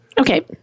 Okay